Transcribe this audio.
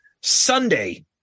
Sunday